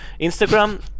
instagram